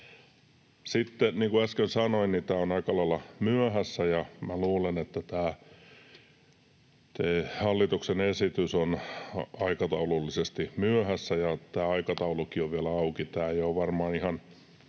Sitten, niin kuin äsken sanoin, tämä on aika lailla myöhässä. Luulen, että tämä hallituksen esitys on aikataulullisesti myöhässä, ja tämä aikataulukin on vielä auki.